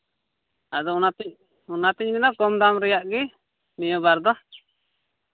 ᱟᱫᱚ ᱚᱱᱟᱛᱮ ᱚᱱᱟᱛᱤᱧ ᱢᱮᱱᱟ ᱠᱚᱢ ᱫᱟᱢ ᱨᱮᱭᱟᱜ ᱜᱮ ᱱᱤᱭᱟᱹᱵᱟᱨ ᱫᱚ